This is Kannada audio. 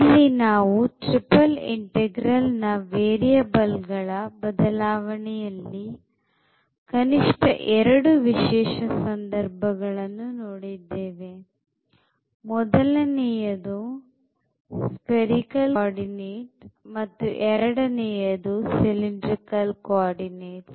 ಇಲ್ಲಿ ನಾವು ಟ್ರಿಪಲ್ ಇಂತೆಗ್ರಲ್ ನ ವೇರಿಯಬಲ್ ಗಳ ಬದಲಾವಣೆಯಲ್ಲಿ ಕನಿಷ್ಠ ಎರಡು ವಿಶೇಷ ಸಂದರ್ಭಗಳನ್ನು ನೋಡಿದ್ದೇವೆ ಮೊದಲನೆಯದು spherical coordinate ಮತ್ತು ಎರಡನೆಯದು cylindrical coordinate